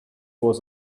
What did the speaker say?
was